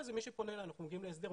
אנחנו מגיעים להסדר,